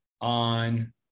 on